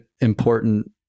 important